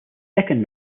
second